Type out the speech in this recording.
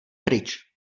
pryč